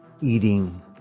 eating